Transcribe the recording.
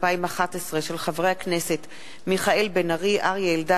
מאת חברי הכנסת מיכאל בן-ארי ואריה אלדד